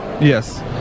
Yes